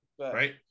Right